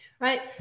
right